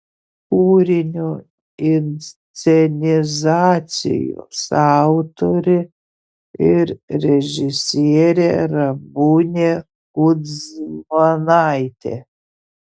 kūrinio inscenizacijos autorė ir režisierė ramunė kudzmanaitė